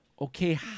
okay